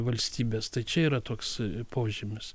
valstybes tai čia yra toks požymis